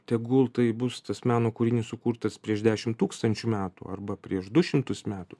tegul tai bus tas meno kūrinys sukurtas prieš dešimt tūkstančių metų arba prieš du šimtus metų